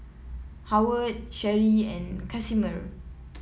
Howard Sherie and Casimer